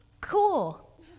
Cool